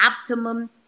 optimum